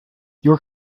your